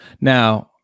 now